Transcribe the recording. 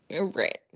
Right